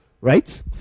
right